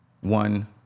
one